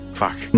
fuck